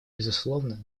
безусловно